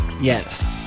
yes